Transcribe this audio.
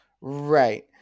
Right